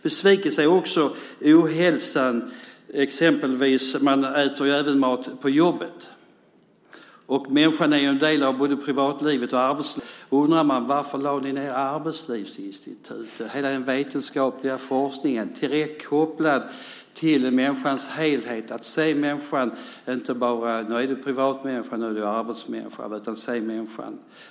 Besvikelsen gäller också ohälsan. Man äter ju även mat på jobbet. Människan är en del av både privatlivet och arbetslivet. När ni säger att ni tar hälsofrågorna på största allvar undrar man varför ni lade ned Arbetslivsinstitutet, hela den vetenskapliga forskningen direkt kopplad till människans helhet, att se människan inte bara som att nu är du privat människa, nu är du arbetsmänniska, utan att se hela människan.